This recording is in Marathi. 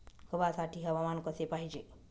गव्हासाठी हवामान कसे पाहिजे?